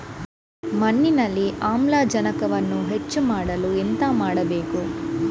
ಮಣ್ಣಿನಲ್ಲಿ ಆಮ್ಲಜನಕವನ್ನು ಹೆಚ್ಚು ಮಾಡಲು ಎಂತ ಮಾಡಬೇಕು?